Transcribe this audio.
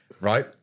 right